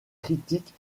critique